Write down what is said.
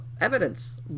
evidence